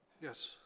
Yes